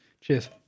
cheers